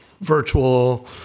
virtual